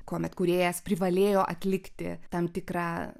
kuomet kūrėjas privalėjo atlikti tam tikrą